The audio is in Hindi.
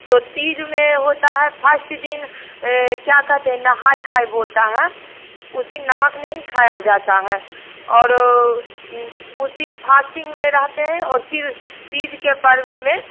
तो तीज में होता है फस्ट दिन क्या कहते हैं नहाई खाई बोलता है उस दिन नमक नहीं खाया जाता है और उस दिन फास्टिंग में रहते हैं और फिर तीज के पर्व में